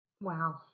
Wow